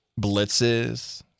blitzes